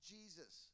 Jesus